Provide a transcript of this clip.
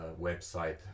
website